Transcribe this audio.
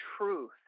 truth